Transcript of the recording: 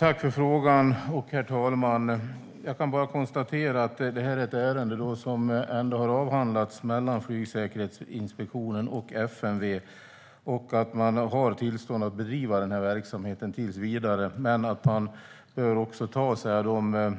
Herr talman! Tack för frågan! Jag kan konstatera att det är ett ärende som har avhandlats mellan Flygsäkerhetsinspektionen och FMV. De har tillstånd att bedriva verksamheten tills vidare. Man bör samtidigt ta de